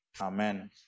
Amen